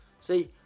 See